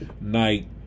night